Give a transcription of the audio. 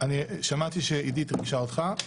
שמעתי שעידית ריגשה אותך,